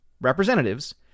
representatives